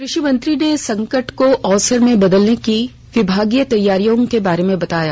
कृषि मंत्री ने संकट को अवसर में बदलने की विभागीय तैयारी के बारे में बताया